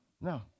no